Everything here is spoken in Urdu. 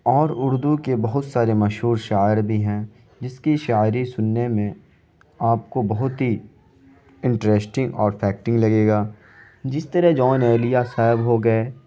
اور اردو کے بہت سارے مشہور شاعر بھی ہیں جس کی شاعری سننے میں آپ کو بہت ہی انٹرسنٹنگ اور لگے گا جس طرح جون ایلیا صاحب ہو گئے